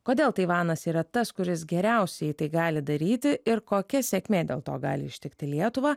kodėl taivanas yra tas kuris geriausiai tai gali daryti ir kokia sėkmė dėl to gali ištikti lietuvą